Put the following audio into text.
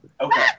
Okay